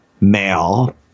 male